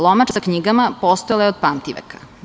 Lomača sa knjigama postojala je od pamtiveka.